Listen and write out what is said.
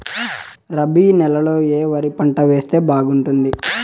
రబి నెలలో ఏ వరి పంట వేస్తే బాగుంటుంది